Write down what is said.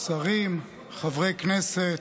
שרים, חברי כנסת,